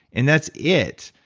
and that's it.